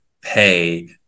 pay